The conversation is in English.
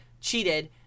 cheated